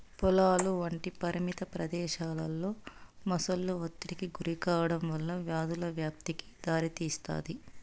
పొలాలు వంటి పరిమిత ప్రదేశాలలో మొసళ్ళు ఒత్తిడికి గురికావడం వల్ల వ్యాధుల వ్యాప్తికి దారితీస్తాది